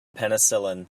penicillin